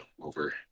over